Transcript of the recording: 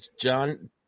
John